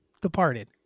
Departed